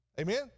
Amen